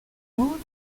gouzout